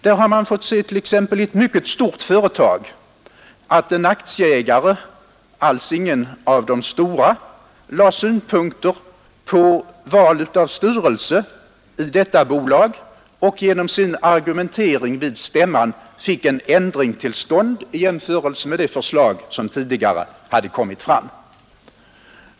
I ett mycket stort företag har man t.ex. fått se att en aktieägare — inte alls någon av de stora — anlade synpunkter på valet av styrelse i bolaget i fråga och genom sin argumentering vid stämman fick till stånd en ändring i förhållande till det framlagda förslaget.